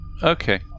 Okay